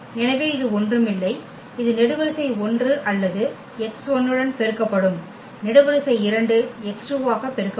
எனவே இது ஒன்றும் இல்லை இது நெடுவரிசை 1 அல்லது இந்த x1 உடன் பெருக்கப்படும் நெடுவரிசை 2 x2 ஆக பெருக்கப்படும்